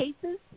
cases